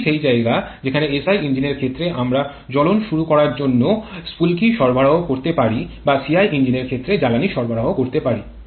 এটিই সেই জায়গা যেখানে এসআই ইঞ্জিনের ক্ষেত্রে আমরা জ্বলন শুরুর জন্য স্ফুলকি সরবরাহ করতে পারি বা সিআই ইঞ্জিনের ক্ষেত্রে জ্বালানী সরবরাহ করতে পারি